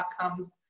outcomes